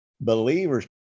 believers